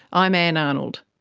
i'm ann arnold.